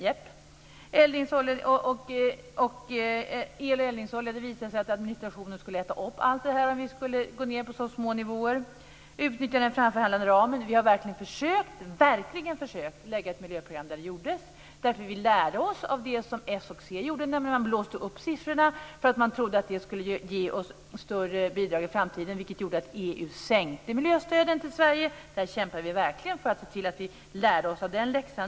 Det visade sig när det gäller el och eldningsolja att administrationen skulle äta upp allt det här om vi skulle gå ned på så små nivåer. Vi har verkligen försökt utnyttja den framförhandlade ramen och lägga fram ett miljöprogram där detta gjordes. Vi lärde oss nämligen av det som s och c gjorde när de blåste upp siffrorna för att de trodde att det skulle ge oss större bidrag i framtiden. Det gjorde i stället att EU sänkte miljöstöden till Sverige. Där kämpade vi verkligen och såg till att vi lärde oss av den läxan.